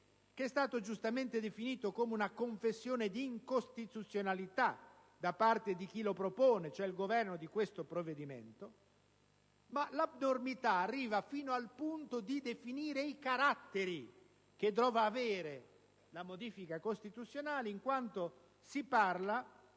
legge ponte, giustamente definito come una confessione di incostituzionalità da parte della maggioranza che lo propone su questo provvedimento. Ma l'abnormità arriva al punto di definire i caratteri che dovrà avere la modifica costituzionale, in quanto si parla